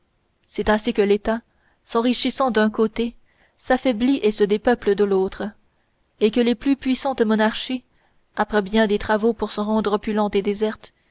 c'est ainsi que l'état s'enrichissant d'un côté s'affaiblit et se dépeuple de l'autre et que les plus puissantes monarchies après bien des travaux pour se rendre opulentes et désertes